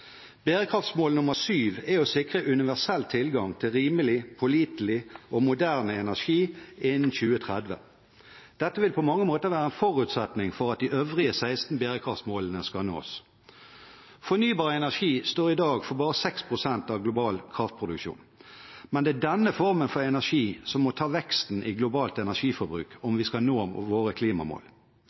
er å sikre universell tilgang til rimelig, pålitelig og moderne energi innen 2030. Dette vil på mange måter være en forutsetning for at de øvrige 16 bærekraftmålene skal nås. Fornybar energi står i dag for bare 6 pst. av den globale kraftproduksjonen, men det er denne formen for energi som må ta veksten i globalt energiforbruk om vi skal nå våre klimamål.